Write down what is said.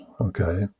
okay